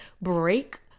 break